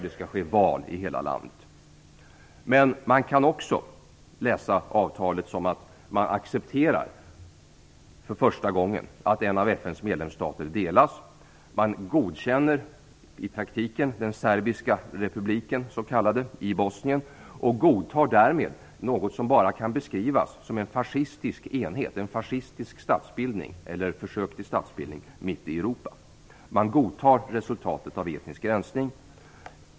Det skall hållas val i hela landet. Å andra sidan kan avtalet också läsas så att man för första gången accepterar att en av FN:s medlemsstater delas. Man godkänner i praktiken den s.k. serbiska republiken i Bosnien och godtar därmed något som bara kan beskrivas som en fascistisk enhet och en fascistisk statsbildning, eller försök till statsbildning, mitt i Europa. Man godtar resultatet av etnisk rensning.